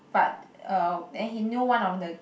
but uh and he knew one of the